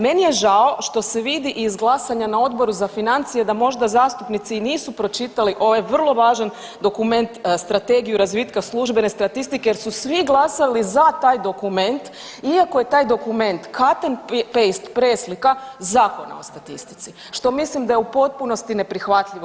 Meni je žao što se vidi i iz glasanja na Odboru za financije da možda zastupnici i nisu pročitali ovaj vrlo važan dokument Strategiju razvitka službene statistike jer su svi glasali za taj dokument iako je taj dokument cut and paste preslika Zakona o statistici, što mislim da je u potpunosti neprihvatljivo.